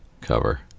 cover